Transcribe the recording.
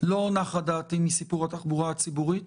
לא נחה דעתי מסיפור התחבורה הציבורית.